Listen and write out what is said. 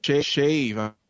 shave